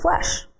flesh